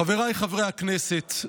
חבריי חברי הכנסת,